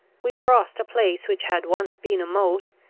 we crossed a place which had once been a moat,